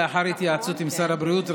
לאחר התייעצות עם שר הבריאות,